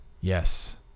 Yes